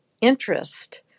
interest